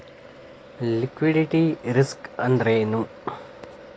Liquidity risk ಅಂದ್ರೇನು?